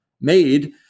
made